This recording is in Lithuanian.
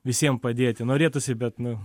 visiem padėti norėtųsi bet nu